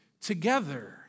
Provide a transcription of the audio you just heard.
together